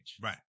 Right